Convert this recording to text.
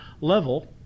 level